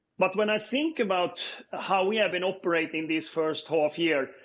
but when i think about how we have been operating this first half year,